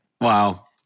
Wow